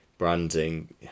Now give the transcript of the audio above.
branding